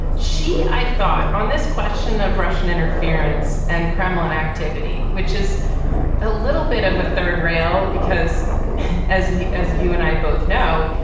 she i thought on this question of russian interference and kremlin activity, which is a little bit of a third rail, because as he as you and i both know,